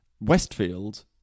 Westfield